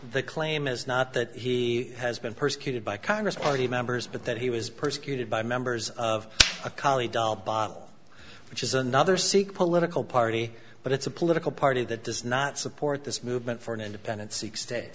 the claim is not that he has been persecuted by congress party members but that he was persecuted by members of a cali doll bottle which is another seek political party but it's a political party that does not support this movement for an independen